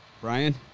Brian